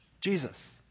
Jesus